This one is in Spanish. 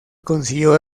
consiguió